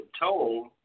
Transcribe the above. told